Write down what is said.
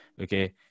Okay